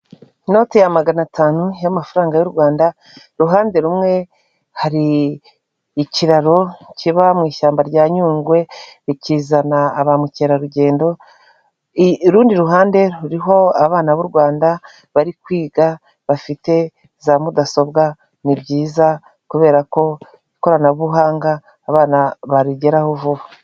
Inoti ya magana atanu y'amafaranga y'u rwanda ruhande rumwe hari ikiraro kiba mu ishyamba rya nyungwe kizana ba mukerarugendo urundi ruhande ruriho abana b'u rwanda bari kwiga bafite za mudasobwa ni byiza kubera ko ikoranabuhanga abana barigeraho vuba.